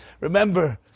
Remember